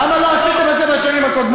למה לא עשיתם את זה בשנים הקודמות,